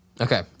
Okay